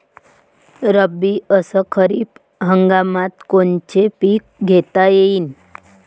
रब्बी अस खरीप हंगामात कोनचे पिकं घेता येईन?